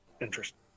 Interesting